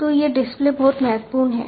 तो ये डिस्प्ले बहुत महत्वपूर्ण हैं